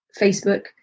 Facebook